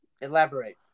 Elaborate